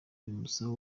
bimusaba